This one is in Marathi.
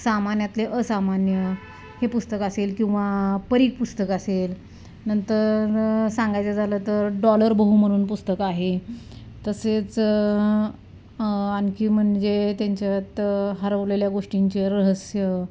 सामान्यातले असामान्य हे पुस्तक असेल किंवा परीघ पुस्तक असेल नंतर सांगायचं झालं तर डॉलर बहू म्हणून पुस्तक आहे तसेच आणखी म्हणजे त्यांच्यात हरवलेल्या गोष्टींचे रहस्य